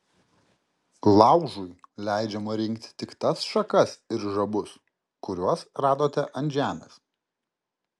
laužui leidžiama rinkti tik tas šakas ir žabus kuriuos radote ant žemės